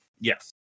yes